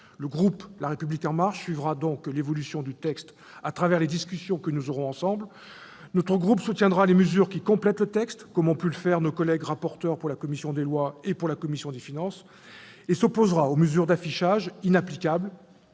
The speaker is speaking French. Le groupe La République En Marche suivra donc l'évolution du texte à travers les discussions que nous aurons ensemble. Notre groupe soutiendra les mesures qui complètent le texte, comme ont pu le faire nos collègues rapporteurs de la commission des lois et de la commission des finances, et s'opposera aux mesures d'affichage, inapplicables